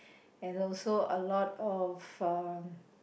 and also a lot of uh